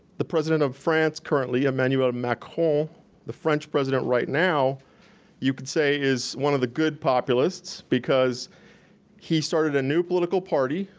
the president of france currently, emmanuel macron, the french president right now you could say is one of the good populists because he started a new political party,